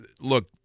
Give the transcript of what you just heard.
Look